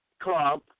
club